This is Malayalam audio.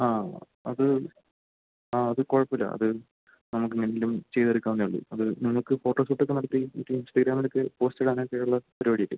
ആ അത് ആ അത് കുഴപ്പമില്ല അത് നമുക്കെങ്ങനെയെങ്കിലും ചെയ്തെടുക്കാവുന്നതേയുള്ളൂ അത് നമുക്ക് ഫോട്ടോ ഷൂട്ടൊക്കെ നടത്തി ഇൻസ്റ്റഗ്രാമിലൊക്കെ പോസ്റ്റിടാനൊക്കെയുള്ള പരിപാടിയല്ലെ